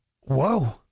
Whoa